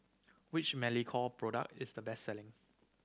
which Molicare product is the best selling